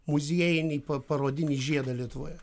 muziejinį pa parodinį žiedą lietuvoje